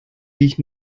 dich